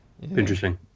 Interesting